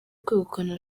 kwegukana